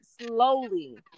slowly